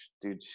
dude